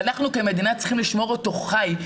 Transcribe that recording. ואנחנו כמדינה צריכים לשמור אותו חי.